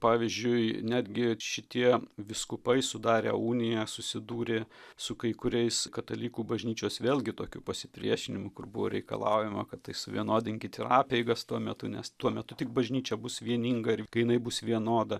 pavyzdžiui netgi šitie vyskupai sudarę uniją susidūrė su kai kuriais katalikų bažnyčios vėlgi tokiu pasipriešinimu kur buvo reikalaujama kad tai suvienodinkit ir apeigas tuo metu nes tuo metu tik bažnyčia bus vieninga ir kai jinai bus vienoda